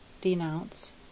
denounce